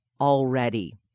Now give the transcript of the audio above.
already